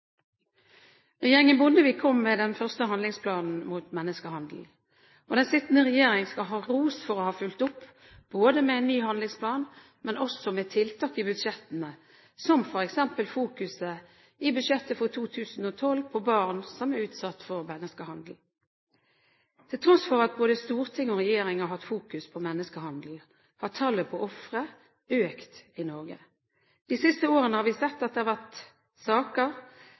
Regjeringen Bondevik kom med den første handlingsplanen mot menneskehandel, og den sittende regjeringen skal ha ros for å ha fulgt opp, både med en ny handlingsplan og også med tiltak i budsjettene, som f.eks. fokuset i budsjettet for 2012 på barn som er utsatt for menneskehandel. Til tross for at både storting og regjering har hatt fokus på menneskehandel, har tallet på ofre økt i Norge. De siste årene har vi sett at det har vært saker